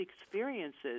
experiences